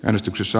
äänestyksessä